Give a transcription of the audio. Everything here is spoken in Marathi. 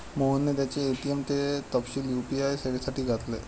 मोहनने त्याचे ए.टी.एम चे तपशील यू.पी.आय सेवेसाठी घातले